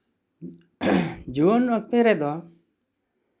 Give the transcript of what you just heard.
ᱡᱩᱣᱟᱹᱱ ᱚᱠᱛᱮ ᱨᱮᱫᱚ